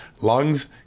lungs